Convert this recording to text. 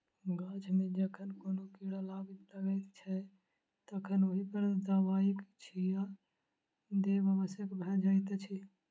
गाछ मे जखन कोनो कीड़ा लाग लगैत छै तखन ओहि पर दबाइक छिच्चा देब आवश्यक भ जाइत अछि